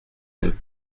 him